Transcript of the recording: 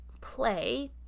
play